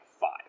five